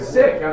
sick